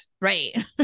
right